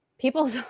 People